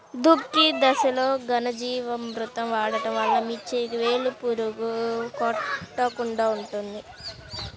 దుక్కి దశలో ఘనజీవామృతం వాడటం వలన మిర్చికి వేలు పురుగు కొట్టకుండా ఉంటుంది?